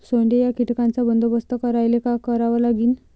सोंडे या कीटकांचा बंदोबस्त करायले का करावं लागीन?